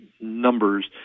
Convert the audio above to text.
numbers